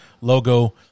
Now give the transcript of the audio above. logo